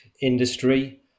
industry